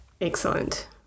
Excellent